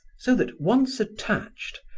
so that once attached,